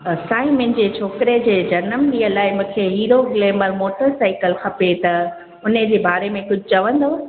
साईं मुंहिंजे छोकिरे जे जनमु ॾींहं लाइ मूंखे हीरो ग्लैमर मोटर साइकल खपे त हुन जे बारे में कुझु चवंदव